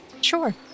Sure